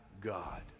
God